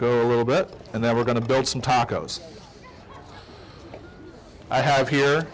go a little bit and then we're going to build some tacos i have here